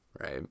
right